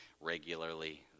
regularly